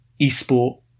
eSport